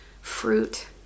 fruit